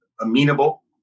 amenable